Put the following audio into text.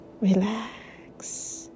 Relax